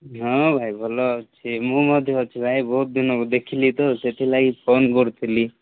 ହଁ ଭାଇ ଭଲ ଅଛି ମୁଁ ମଧ୍ୟ ଅଛି ଭାଇ ବହୁତ ଦିନ ହେବ ଦେଖିଲି ତ ସେଥିଲାଗି ଫୋନ୍ କରୁଥିଲି